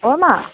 অ' মা